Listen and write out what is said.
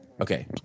Okay